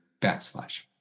backslash